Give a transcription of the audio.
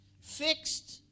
fixed